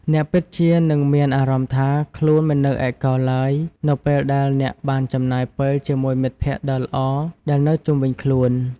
អ្នកពិតជានឹងមានអារម្មណ៍ថាខ្លួនមិននៅឯកោឡើយនៅពេលដែលអ្នកបានចំណាយពេលជាមួយមិត្តភក្តិដ៏ល្អដែលនៅជុំវិញខ្លួន។